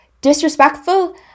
disrespectful